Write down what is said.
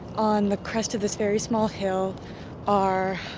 on the crest of this very small hill are,